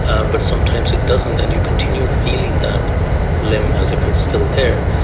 um but sometimes it doesn't and you continue feeling that limb as if it's still there.